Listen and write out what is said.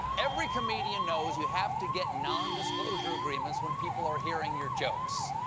every comedian knows you have to get nondisclosure agreements when people are hearing your jokes.